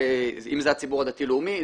אם זה הציבור הדתי-לאומי,